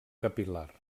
capil·lar